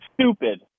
stupid